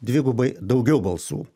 dvigubai daugiau balsų